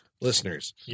listeners